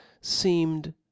seemed